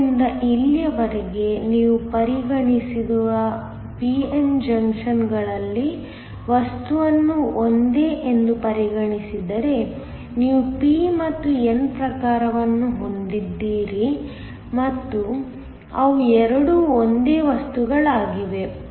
ಆದ್ದರಿಂದ ಇಲ್ಲಿಯವರೆಗೆ ನೀವು ಪರಿಗಣಿಸಿರುವ p n ಜಂಕ್ಷನ್ ಗಳಲ್ಲಿ ವಸ್ತುವನ್ನು ಒಂದೇ ಎಂದು ಪರಿಗಣಿಸಿದರೆ ನೀವು p ಮತ್ತು n ಪ್ರಕಾರವನ್ನು ಹೊಂದಿದ್ದೀರಿ ಮತ್ತು ಅವು ಎರಡೂ ಒಂದೇ ವಸ್ತುಗಳಾಗಿವೆ